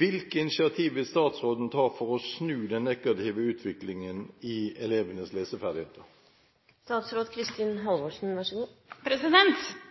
Hvilke initiativ vil statsråden ta for å snu den negative utviklingen når det gjelder elevenes leseferdigheter?»